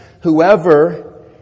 whoever